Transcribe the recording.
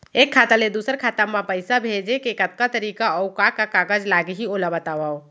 एक खाता ले दूसर खाता मा पइसा भेजे के कतका तरीका अऊ का का कागज लागही ओला बतावव?